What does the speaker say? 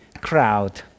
crowd